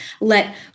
let